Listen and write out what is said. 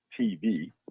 TV